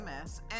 MS